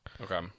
Okay